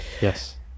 Yes